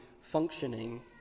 functioning